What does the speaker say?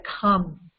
come